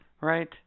right